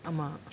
ஆமா:aamaa